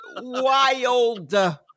wild